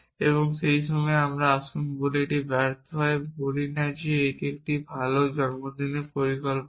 এবং সেই সময়ে আসুন আমরা বলি যে এটি ব্যর্থ হয় এবং বলি যে না এটি একটি ভাল জন্মদিনের পরিকল্পনা নয়